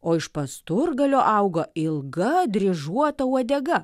o iš pasturgalio auga ilga dryžuota uodega